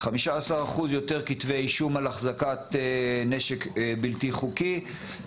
15% יותר כתבי אישום על החזקת נשק בלתי חוקי,